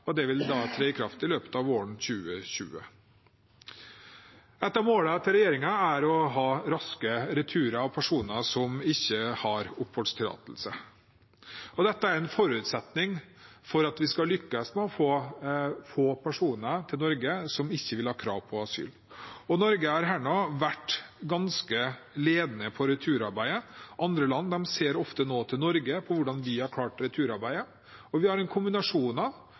og det vil tre i kraft i løpet av våren 2020. Et av målene til regjeringen er å ha raske returer av personer som ikke har oppholdstillatelse. Dette er en forutsetning for at vi skal lykkes med å få få personer til Norge som ikke vil ha krav på asyl. Norge har vært ganske ledende på returarbeidet. Andre land ser ofte nå til Norge, på hvordan vi har klart returarbeidet. Vi har en kombinasjon av